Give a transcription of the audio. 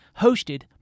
hosted